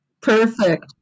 Perfect